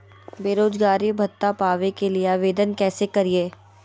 बेरोजगारी भत्ता पावे के लिए आवेदन कैसे करियय?